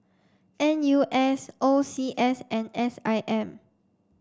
N U S O C S and S I M